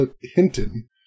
Hinton